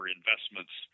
investments